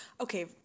okay